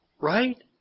Right